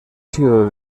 sido